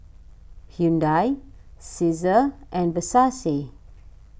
Hyundai Cesar and Versace